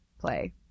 play